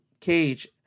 Cage